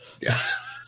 Yes